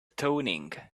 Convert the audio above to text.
toning